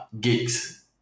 gigs